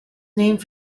named